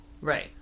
Right